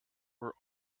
were